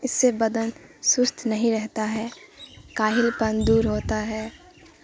اس سے بدن سست نہیں رہتا ہے کاہل پن دور ہوتا ہے